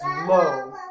low